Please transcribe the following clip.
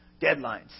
deadlines